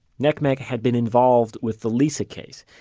ncmec had been involved with the lisa case.